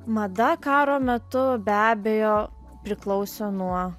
mada karo metu be abejo priklausė nuo